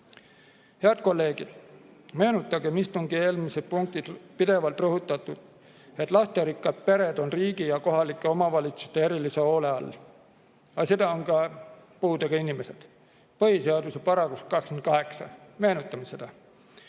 Head kolleegid, meenutagem istungi eelmises punktis pidevalt rõhutatut, et lasterikkad pered on riigi ja kohalike omavalitsuste erilise hoole all. Aga seda on ka puudega inimesed. Põhiseaduse § 28, meenutame seda.